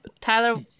tyler